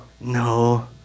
no